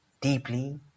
deeply